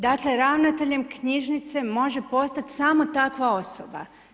Dakle ravnateljem knjižnice može postati samo takva osoba.